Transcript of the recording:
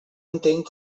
entenc